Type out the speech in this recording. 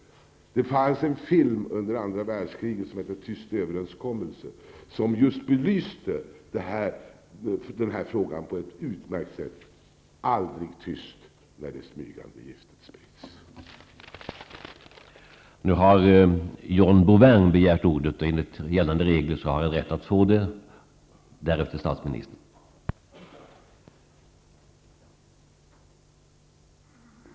Det fanns en film under andra världskriget som hette ''Tyst överenskommelse'' som just belyste den här frågan på ett utmärkt sätt. Aldrig tyst, när det smygande giftet sprids!